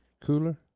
cooler